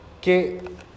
que